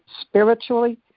spiritually